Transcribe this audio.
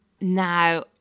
Now